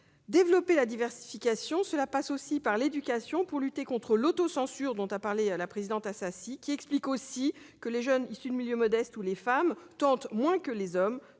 Développer la diversification, cela passe aussi par l'éducation pour lutter contre l'autocensure, évoquée par la présidente Assassi, qui explique aussi que les jeunes issus de milieux modestes ou les femmes tentent moins d'entrer